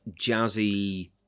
jazzy